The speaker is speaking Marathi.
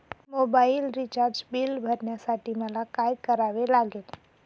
मोबाईल रिचार्ज बिल भरण्यासाठी मला काय करावे लागेल?